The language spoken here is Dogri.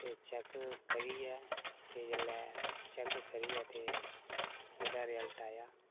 चेक करियै ते जेल्लै चेक करियै ते ओह्दा रिजल्ट आया